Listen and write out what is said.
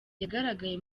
yagaragaye